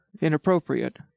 inappropriate